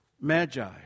Magi